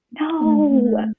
no